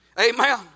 amen